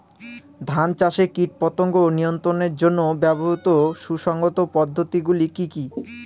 ধান চাষে কীটপতঙ্গ নিয়ন্ত্রণের জন্য ব্যবহৃত সুসংহত পদ্ধতিগুলি কি কি?